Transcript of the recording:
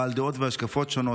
בעלי דעות והשקפות שונות,